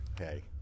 okay